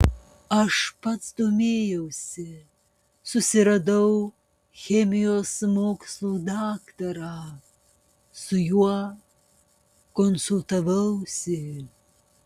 aš pats domėjausi susiradau chemijos mokslų daktarą su juo konsultavausi